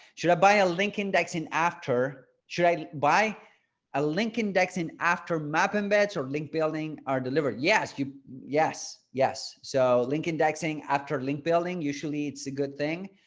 should i buy a link indexing after? should i buy a link indexing after map embeds or link building are delivered? yes. you? yes. yes. so link indexing after link building? usually it's a good thing.